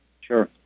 sure